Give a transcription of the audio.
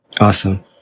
Awesome